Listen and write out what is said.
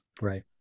Right